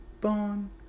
bon